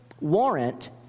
warrant